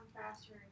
faster